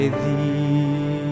Thee